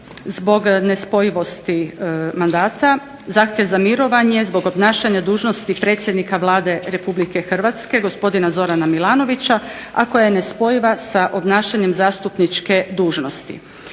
zbog nespojivosti mandata, zahtjev za mirovanje zbog obnašanja dužnosti predsjednika Vlade Republike Hrvatske gospodina Zorana Milanovića, a koja je nespojiva sa obnašanjem zastupničke dužnosti.